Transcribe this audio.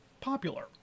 popular